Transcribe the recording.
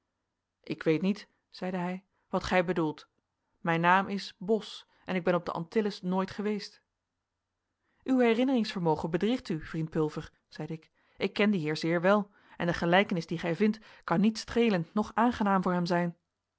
ik weet niet zeide hij wat gij bedoelt mijn naam is bos en ik ben op de antilles nooit geweest uw herinneringsvermogen bedriegt u vriend pulver zeide ik ik ken dien heer zeer wel en de gelijkenis die gij vindt kan niet streelend noch aangenaam voor hem zijn